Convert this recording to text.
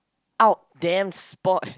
out damn sport